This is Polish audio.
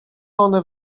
one